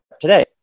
today